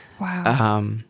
Wow